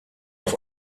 auf